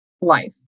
life